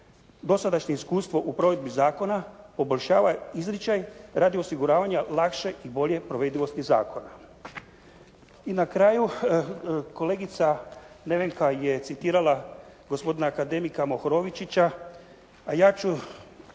dosadašnje iskustvo u provedbi zakona poboljšava izričaj radi osiguravanja lakše i bolje provedivosti zakona. I na kraju kolegica Nevenka je citirala gospodina akademika Mohorovičića, a ja ću